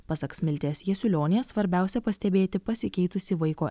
pasak smiltės jasiulionės svarbiausia pastebėti pasikeitusį vaiko